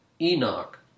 Enoch